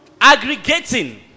Aggregating